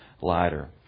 lighter